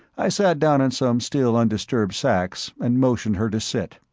i sat down on some still-undisturbed sacks, and motioned her to sit.